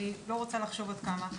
אני לא רוצה לחשוב עד כמה.